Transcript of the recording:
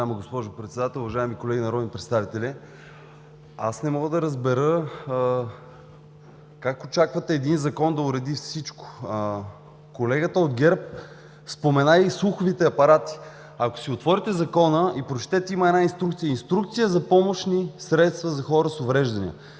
Уважаема госпожо Председател, уважаеми колеги народни представители, не мога да разбера как очаквате един закон да уреди всичко?! Колегата от ГЕРБ спомена и слуховите апарати. Ако си отворите Закона и прочетете, има една инструкция – Инструкция за помощни средства за хора с увреждания.